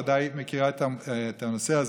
ודאי את מכירה את הנושא הזה.